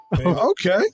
Okay